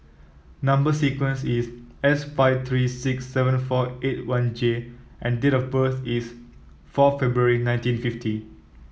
number sequence is S five three six seven four eight one J and date of birth is four February nineteen fifty